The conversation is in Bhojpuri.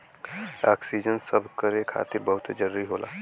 ओक्सीजन सभकरे खातिर बहुते जरूरी होला